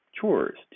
Chores